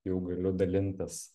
jau galiu dalintis